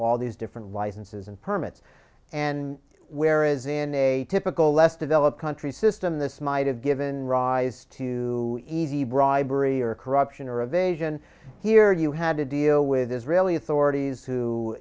all these different licenses and permits and whereas in a typical less developed country system this might have given rise to easy bribery or corruption or evasion here you had to deal with israeli authorities who